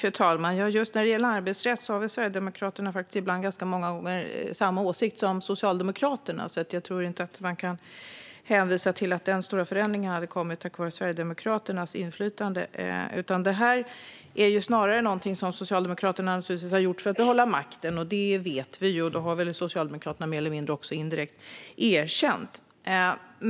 Fru talman! Just när det gäller arbetsrätt har väl Sverigedemokraterna faktiskt ganska många gånger samma åsikt som Socialdemokraterna, så jag tror inte att man kan hänvisa till att den stora förändringen skulle ha kommit på grund av Sverigedemokraternas inflytande. Det här är snarare någonting som Socialdemokraterna har gjort för att behålla makten. Det vet vi, och det har väl Socialdemokraterna också mer eller mindre indirekt erkänt.